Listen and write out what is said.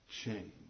change